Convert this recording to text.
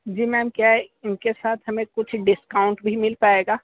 जी ma'am क्या इनके साथ हमें कुछ डिस्काउंट भी मिल पाएगा